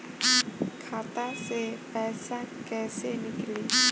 खाता से पैसा कैसे नीकली?